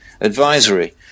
advisory